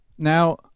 Now